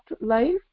life